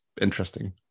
interesting